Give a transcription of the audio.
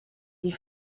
die